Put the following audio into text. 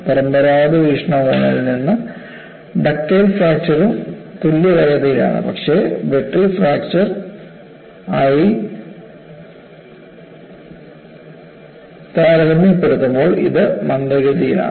പരമ്പരാഗത വീക്ഷണകോണിൽ നിന്ന് ഡക്റ്റൈൽ ഫ്രാക്ചർ ഉം തുല്യ വേഗതയിലാണ് പക്ഷേ ബ്രിട്ടിൽ ഫ്രാക്ചർ ആയി താരതമ്യപ്പെടുത്തുമ്പോൾ ഇത് മന്ദഗതിയിലാണ്